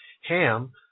Ham